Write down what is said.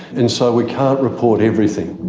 and so we can't report everything.